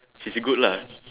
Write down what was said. which is good lah